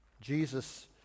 Jesus